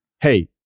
hey